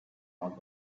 not